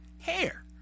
Hair